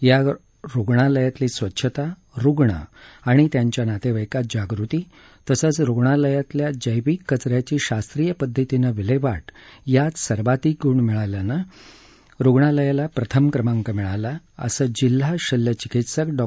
या रुग्णालयातली स्वच्छता रुग्ण आणि त्यांच्या नातेवाईकात जागृती तसंच रुणालयातल्या जैविक कचऱ्याची शास्त्रीय पद्धतीने विल्हेवाट यात सर्वाधिक गुण मिळाल्यानं रुणालयाला प्रथम क्रमांक मिळाला असं जिल्हा शल्य चिकित्सक डॉ